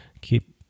keep